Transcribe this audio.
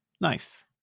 Nice